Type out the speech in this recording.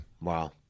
Wow